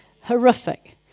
horrific